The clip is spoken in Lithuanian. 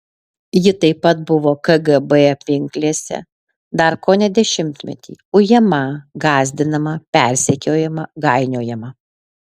ji taip pat buvo kgb pinklėse dar kone dešimtmetį ujama gąsdinama persekiojama gainiojama